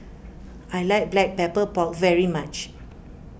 I like Black Pepper Pork very much